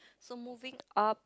so moving up